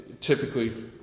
typically